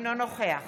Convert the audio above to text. אינו נוכח